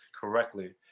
correctly